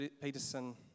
Peterson